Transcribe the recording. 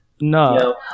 No